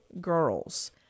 girls